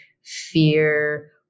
fear